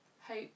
hope